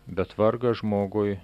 bet vargas žmogui